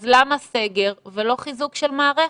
אז למה סגר ולא חיזוק של מערכת?